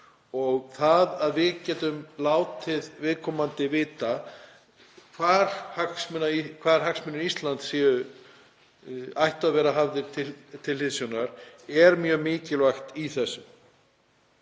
Það að við getum látið viðkomandi vita hverjir hagsmunir Íslands séu sem ættu að vera hafðir til hliðsjónar er mjög mikilvægt.